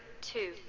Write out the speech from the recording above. two